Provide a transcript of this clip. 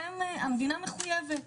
לכן המדינה מחויבת.